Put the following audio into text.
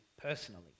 personally